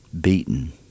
beaten